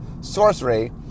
sorcery